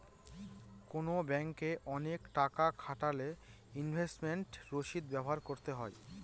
কোনো ব্যাঙ্কে অনেক টাকা খাটালে ইনভেস্টমেন্ট রসিদ ব্যবহার করতে হয়